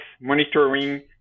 monitoring